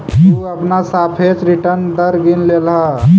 तु अपना सापेक्ष रिटर्न दर गिन लेलह